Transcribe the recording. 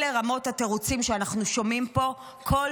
אלה רמות התירוצים שאנחנו שומעים פה בכל